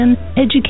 education